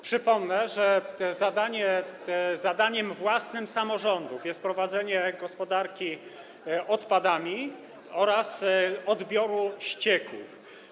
Przypomnę, że zadaniem własnym samorządów jest prowadzenie gospodarki odpadami oraz odbiór ścieków.